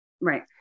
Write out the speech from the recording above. Right